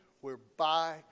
whereby